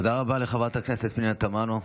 תודה רבה לחברת הכנסת פנינה תמנו,